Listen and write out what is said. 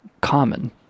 common